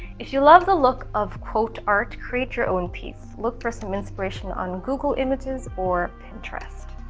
if you love the look of quote art, create your own piece. look for some inspiration on google images or pinterest.